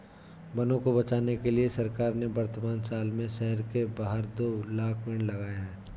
वनों को बचाने के लिए सरकार ने वर्तमान साल में शहर के बाहर दो लाख़ पेड़ लगाए हैं